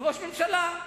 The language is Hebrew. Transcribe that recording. ראש הממשלה,